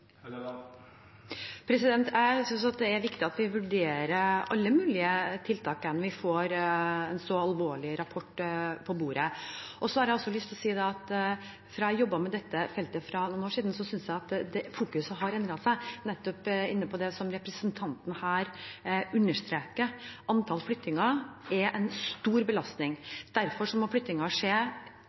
Jeg synes det er viktig at vi vurderer alle mulige tiltak når vi får en så alvorlig rapport på bordet. Jeg har også lyst til å si at jeg synes at fokuset har endret seg fra da jeg jobbet med dette feltet for noen år siden, nettopp når det gjelder det som representanten her understreker. Antall flyttinger er en stor belastning, derfor må flyttingen skje